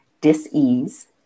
dis-ease